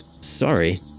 sorry